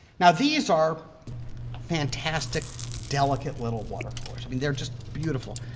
now these are fantastic delicate little watercolors. i mean, they're just beautiful.